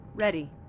Ready